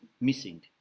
missing